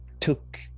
took